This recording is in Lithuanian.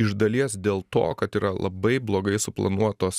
iš dalies dėl to kad yra labai blogai suplanuotos